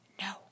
No